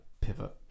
pivot